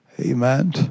Amen